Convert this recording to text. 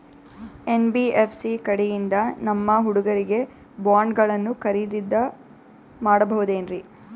NBFC ಕಡೆಯಿಂದ ನಮ್ಮ ಹುಡುಗರಿಗೆ ಬಾಂಡ್ ಗಳನ್ನು ಖರೀದಿದ ಮಾಡಬಹುದೇನ್ರಿ?